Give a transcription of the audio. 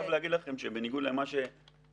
אני חייב להגיד לכם שבניגוד למה שנטען